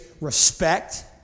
respect